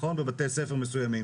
בבתי ספר מסוימים,